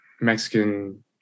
mexican